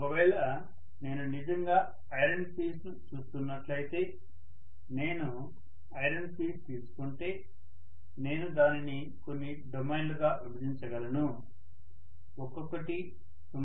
ఒకవేళ నేను నిజంగా ఐరన్ పీస్ ను చూస్తున్నట్లయితే నేను ఐరన్ పీస్ తీసుకుంటే నేను దానిని కొన్ని డొమైన్లుగా విభజించగలను ఒక్కొక్కటి సుమారు 0